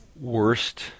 worst